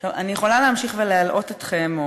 אני יכולה להמשיך ולהלאות אתכם,